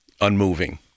unmoving